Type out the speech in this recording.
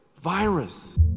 virus